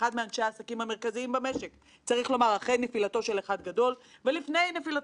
אמון כזה ניתן להשיג רק אם הציבור יוכל להבין איך ומדוע אדם שחייב 5